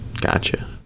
Gotcha